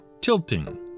tilting